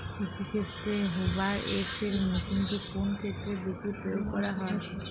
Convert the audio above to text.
কৃষিক্ষেত্রে Hoover XL মেশিনটি কোন ক্ষেত্রে বেশি প্রয়োগ করা হয়?